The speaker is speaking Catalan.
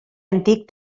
antic